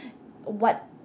what